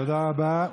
תודה רבה.